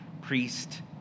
priest